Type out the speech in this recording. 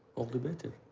all the better.